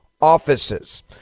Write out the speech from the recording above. offices